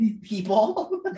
people